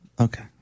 Okay